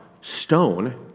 stone